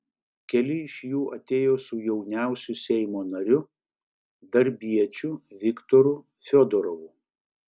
keli iš jų atėjo su jauniausiu seimo nariu darbiečiu viktoru fiodorovu